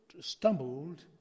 stumbled